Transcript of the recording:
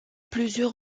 plusieurs